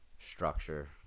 structure